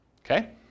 Okay